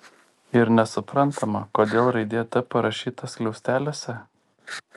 ir nesuprantama kodėl raidė t parašyta skliausteliuose